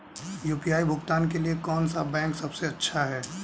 UPI भुगतान के लिए कौन सा बैंक सबसे अच्छा है?